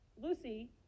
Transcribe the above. Lucy